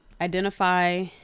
identify